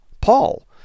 Paul